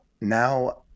now